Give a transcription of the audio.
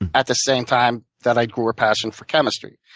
and at the same time that i grew a passion for chemistry.